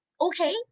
okay